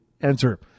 enter